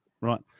Right